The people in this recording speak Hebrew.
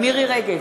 מירי רגב,